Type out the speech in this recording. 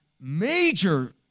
major